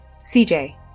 CJ